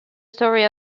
story